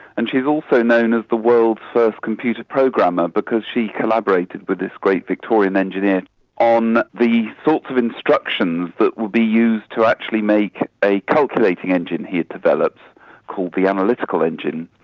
and she's also known as the world's first computer programmer because she collaborated with this great victorian engineer on the sorts of instructions that would be used to actually make a calculating engine he had developed called the analytical engine.